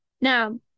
now